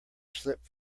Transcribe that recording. slipped